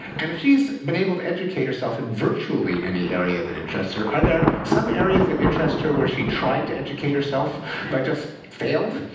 and if she's been able to educate herself in virtually any area that interests her, are there some areas that interest her where she tried to educate herself but just failed?